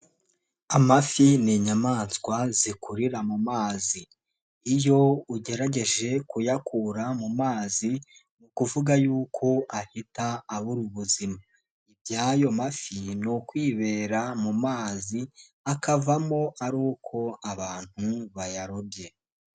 Amafi ni inyamaswa zikurira mu mazi. Iyo ugerageje kuyakura mu mazi mu kuvuga yuko ahita abura ubuzima. Iby'ayo mafi ni ukwibera mu mazi, akavamo ari uko abantu bayarobye.